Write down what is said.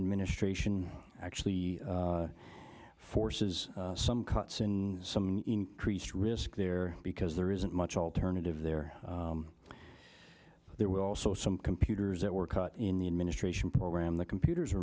administration actually forces some cuts in some increased risk there because there isn't much alternative there there were also some computers that were cut in the administration program the computers